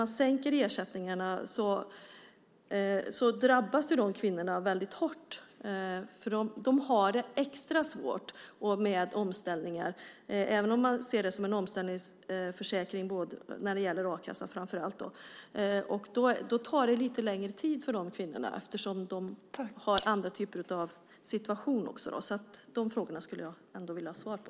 När ersättningarna sänks drabbas ju de kvinnorna väldigt hårt, för de har det extra svårt med omställningar, även om man ser framför allt a-kassan som en omställningsförsäkring. Det tar lite längre tid för de kvinnorna eftersom de befinner sig i andra typer av situationer. De frågorna skulle jag ändå vilja ha svar på.